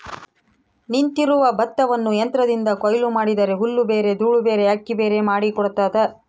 ನಿಂತಿರುವ ಭತ್ತವನ್ನು ಯಂತ್ರದಿಂದ ಕೊಯ್ಲು ಮಾಡಿದರೆ ಹುಲ್ಲುಬೇರೆ ದೂಳುಬೇರೆ ಅಕ್ಕಿಬೇರೆ ಮಾಡಿ ಕೊಡ್ತದ